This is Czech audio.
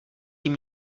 tím